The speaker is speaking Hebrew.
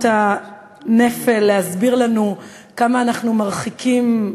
הנפל להסביר לנו כמה אנחנו מרחיקים,